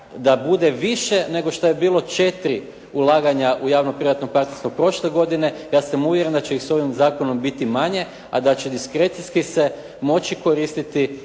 da bude više nego što je bilo 4 ulaganja u javno-privatno partnerstvo prošle godine. Ja sam uvjeren da će ih s ovim zakonom biti manje, a da će diskrecijski se moći koristiti